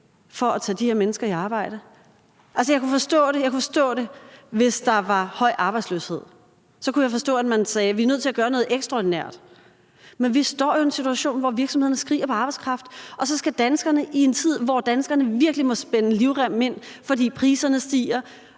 for at tage de her mennesker i arbejde? Jeg kunne forstå det, hvis der var høj arbejdsløshed. Så kunne jeg forstå, at man sagde: Vi er nødt til at gøre noget ekstraordinært. Men vi står jo i en situation, hvor virksomhederne skriger på arbejdskraft, og så skal danskerne, i en tid, hvor danskerne virkelig må spænde livremmen ind, fordi priserne stiger